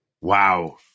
Wow